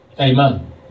amen